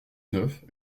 neuf